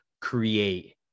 create